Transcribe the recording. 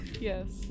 Yes